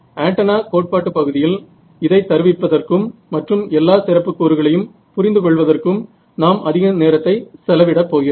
antenna கோட்பாட்டு பகுதியில் இதை தருவிப்பதற்கும் மற்றும் எல்லா சிறப்புக் கூறுகளையும் புரிந்துகொள்வதற்கும் நாம் அதிக நேரத்தை செலவிடப் போகிறோம்